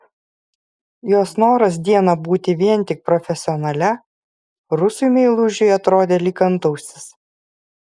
jos noras dieną būti vien tik profesionale rusui meilužiui atrodė lyg antausis